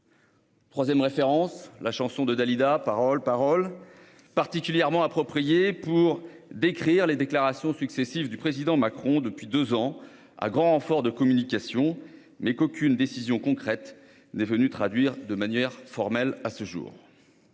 troisième référence est la chanson de Dalida,, particulièrement appropriée pour décrire les déclarations successives du président Macron depuis deux ans, à grand renfort de communication, sans qu'aucune décision concrète soit venue les traduire de manière formelle à ce jour.